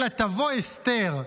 אלא תבוא אסתר,